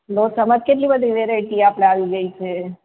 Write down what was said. લોચામાં તો કેટલી બધી વેરાઇટી આપણે આવી ગઈ છે